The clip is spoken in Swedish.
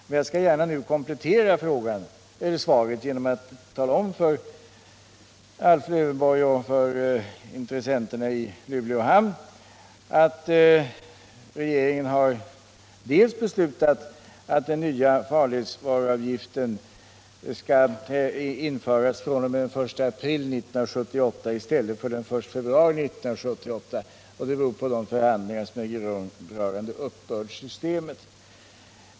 Men jag skall gärna komplettera svaret genom att tala om för Alf Lövenborg och för intressenterna i Luleå hamn att regeringen har beslutat att den nya farledsvaruavgiften skall införas den 1 april 1978 i stället för den 1 februari 1978, vilket beror på de förhandlingar som äger rum rörande uppbördssystemet.